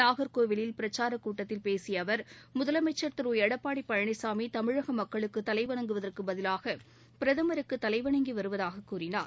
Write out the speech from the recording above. நாகர்கோவிலில் பேசிய கூட்டத்தில் முதலமைச்சர் திரு எடப்பாடி பழனிசாமி தமிழக மக்களுக்கு தலைவணங்குவதற்கு பதிவாக பிரதமருக்கு தலைவணங்கி வருவதாக கூறினார்